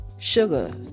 Sugar